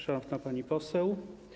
Szanowna Pani Poseł!